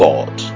God